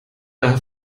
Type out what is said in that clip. daher